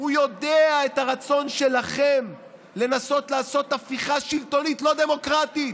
הוא יודע על הרצון שלכם לנסות לעשות הפיכה שלטונית לא דמוקרטית.